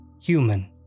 Human